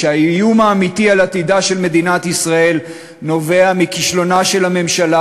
שהאיום האמיתי על עתידה של מדינת ישראל נובע מכישלונה של הממשלה